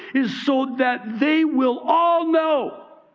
is so that they will all know